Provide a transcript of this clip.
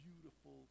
beautiful